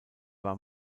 war